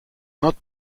not